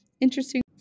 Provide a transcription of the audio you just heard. interesting